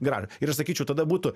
grąžą ir aš sakyčiau tada būtų